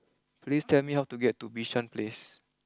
please tell me how to get to Bishan place